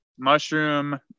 mushroom